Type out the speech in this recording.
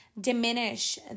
diminish